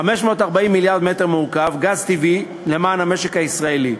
540 מיליארד מטר מעוקב גז טבעי למען המשק הישראלי.